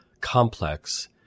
complex